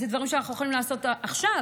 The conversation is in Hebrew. אלה דברים שאנחנו יכולים לעשות עכשיו.